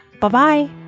Bye-bye